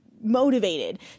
motivated